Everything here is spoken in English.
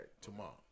tomorrow